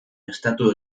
estatu